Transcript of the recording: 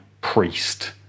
priest